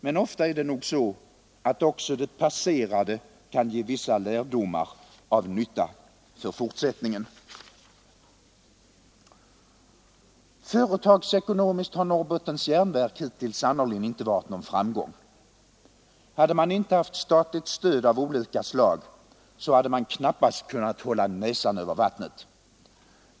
Men ofta kan nog också det passerade ge vissa lärdomar av nytta för fortsättningen. Företagsekonomiskt har Norrbottens järnverk hittills sannerligen inte varit någon framgång. Hade man inte haft statligt stöd av olika slag, så hade man knappast kunnat hålla näsan över vattnet.